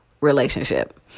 relationship